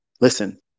Listen